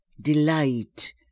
delight